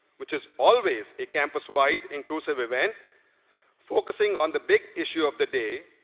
which is always a campus-wide inclusive event focusing on the big issue of the day,